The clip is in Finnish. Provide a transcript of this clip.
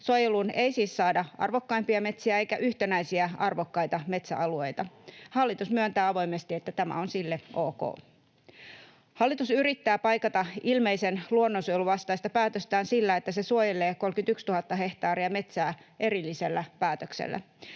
Suojeluun ei siis saada arvokkaimpia metsiä eikä yhtenäisiä arvokkaita metsäalueita. Hallitus myöntää avoimesti, että tämä on sille ok. Hallitus yrittää paikata ilmeisen luonnonsuojeluvastaista päätöstään sillä, että se suojelee 31 000 hehtaaria metsää erillisellä päätöksellä.